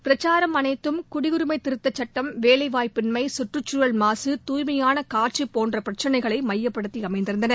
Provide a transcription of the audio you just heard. பிரச்சாரம் அனைத்தும் குடியுரிமை திருத்தச்சட்டம் வேலைவாய்ப்பின்மை சுற்றுச்சூழல் மாசு தாய்மையான காற்று போன்ற பிரச்சினைகளை மையப்படுத்தி அமைந்திருந்தன